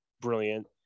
brilliant